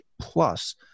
Plus